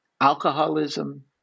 alcoholism